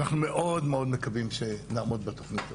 אנחנו מאוד מקווים שנעמוד בתוכנית הזאת.